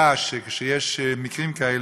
והמדינה ידעה שכשיש מקרים כאלה,